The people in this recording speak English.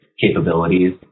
capabilities